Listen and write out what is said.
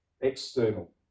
external